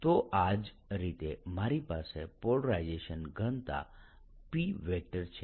તો આ જ રીતે મારી પાસે પોલરાઇઝેશન ઘનતા P છે